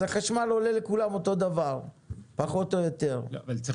אז החשמל עולה לכולם אותו הדבר פחות או יותר ופה